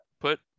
Put